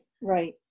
right